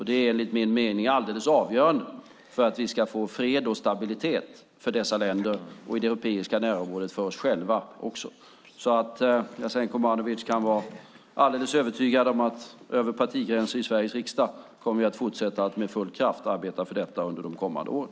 Det är enligt min mening alldeles avgörande för att vi ska få fred och stabilitet för dessa länder och i det europeiska närområdet för oss själva också. Jasenko Omanovic kan vara alldeles övertygad om att vi över partigränserna i Sveriges riksdag kommer att fortsätta arbeta med full kraft för detta under de kommande åren.